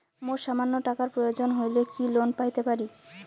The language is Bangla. মোর সামান্য টাকার প্রয়োজন হইলে কি লোন পাইতে পারি?